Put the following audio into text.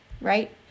Right